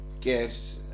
get